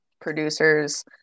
producers